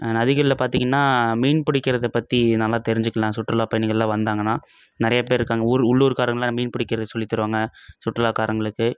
நதிகள்ல பார்த்திங்கனா மீன் பிடிக்கிறத பற்றி நல்லா தெரிஞ்சிக்கலாம் சுற்றுலா பயணிகள்லாம் வந்தாங்கனா நிறைய பேர் இருக்காங்க ஊர் உள்ளூர்காரங்கலாம் மீன் பிடிக்கிற சொல்லித்தருவாங்க சுற்றுலாக்காரவங்களுக்கு